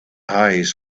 eyes